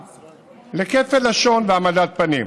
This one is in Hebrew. לכפל לשון והעמדת פנים,